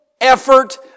effort